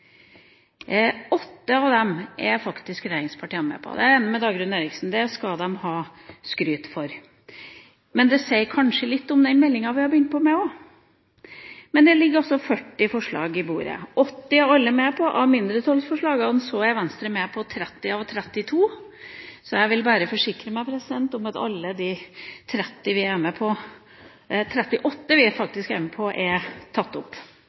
Åtte av dem er faktisk regjeringspartiene med på. Jeg er enig med Dagrun Eriksen: Det skal de ha skryt for. Men det sier kanskje også litt om meldinga vi holder på med. Det ligger altså 40 forslag på bordet – åtte av dem, med unntak av forslag VII, er alle med på. Venstre er med på 30 av 32 mindretallsforslag. Jeg vil bare forsikre meg om at alle de 38 forslagene vi er med på, er tatt opp.